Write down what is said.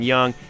Young